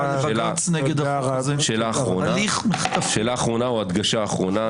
אחרונה, או הדגשה אחרונה.